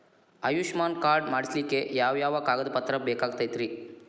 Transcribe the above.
Ayushman card ಮಾಡ್ಸ್ಲಿಕ್ಕೆ ಯಾವ ಯಾವ ಕಾಗದ ಪತ್ರ ಬೇಕಾಗತೈತ್ರಿ?